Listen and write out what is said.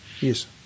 Yes